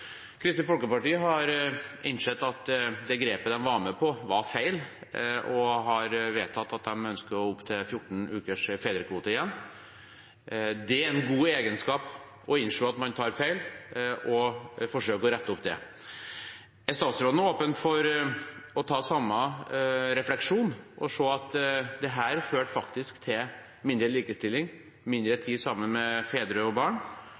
Kristelig Folkeparti har innsett at det grepet de var med på, var feil og har vedtatt at de ønsker å gå opp til 14 ukers fedrekvote igjen. Det er en god egenskap å innse at man tar feil og forsøker å rette opp det. Er statsråden åpen for å ta samme refleksjon, og se at dette faktisk førte til mindre likestilling, mindre tid sammen for fedre og barn,